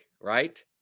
right